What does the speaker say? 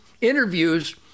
interviews